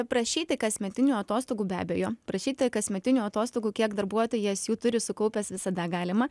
prašyti kasmetinių atostogų be abejo prašyti kasmetinių atostogų kiek darbuotojas jų turi sukaupęs visada galima